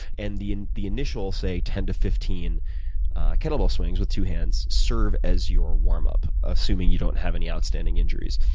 and the and the initial, say, ten to fifteen kettlebell swings with two hands serve as your warmup assuming that you don't have any outstanding injuries.